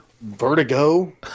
vertigo